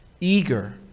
eager